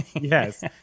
Yes